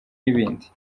ibindi